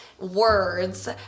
words